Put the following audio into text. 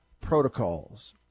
Protocols